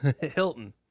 Hilton